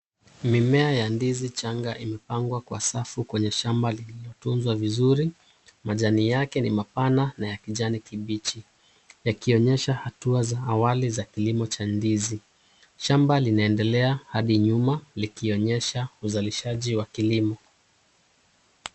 Mimea ya ndizi changa imepangwa kwa safu kwenye shamba lilitengenezwa vizuri. Majani yake ni mapana na ya kijani kibichi. Yakionyesha hatua za awali za kilimo cha ndizi. Shamba linaendelea hadi nyuma likionyesha uzalishaji wa kilimo.